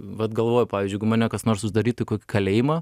vat galvoju pavyzdžiui jeigu mane kas nors uždarytų į kokį kalėjimą